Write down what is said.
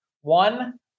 One